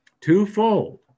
Twofold